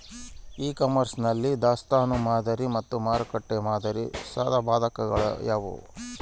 E commerce ನಲ್ಲಿ ದಾಸ್ತನು ಮಾದರಿ ಮತ್ತು ಮಾರುಕಟ್ಟೆ ಮಾದರಿಯ ಸಾಧಕಬಾಧಕಗಳು ಯಾವುವು?